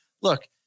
look